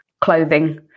clothing